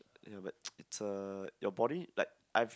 ya but it's a your body like I've